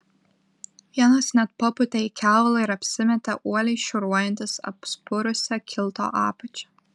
vienas net papūtė į kevalą ir apsimetė uoliai šiūruojantis apspurusia kilto apačia